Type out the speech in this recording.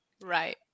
Right